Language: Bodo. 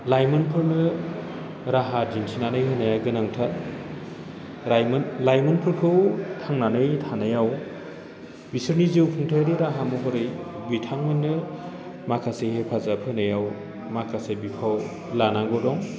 लाइमोनफोरनो राहा दिन्थिनानै होनाया गोनांथार लाइमोनफोरखौ थांनानै थानायाव बिसोरनि जिउ खुंथायारि राहा महरै बिथांमोननो माखासे हेफाजाब होनायाव माखासे बिफाव लानांगौ दं